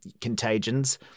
contagions